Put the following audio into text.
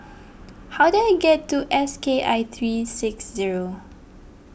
how do I get to S K I three six zero